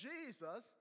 Jesus